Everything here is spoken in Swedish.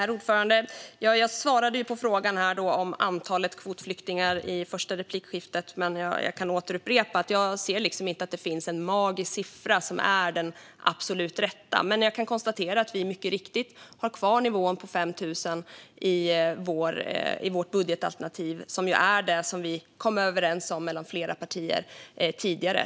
Herr talman! Jag svarade på frågan om antalet kvotflyktingar i första replikskiftet, men jag kan upprepa att jag inte ser att det finns en magisk siffra som är den absolut rätta. Men jag kan konstatera att vi mycket riktigt har kvar nivån på 5 000 i vårt budgetalternativ, som ju är det som vi kom överens om mellan flera partier tidigare.